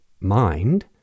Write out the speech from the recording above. mind